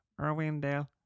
Irwindale